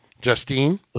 Justine